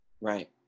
Right